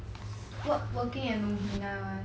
work working and another one